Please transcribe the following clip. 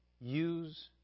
use